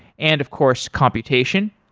and of course, computation.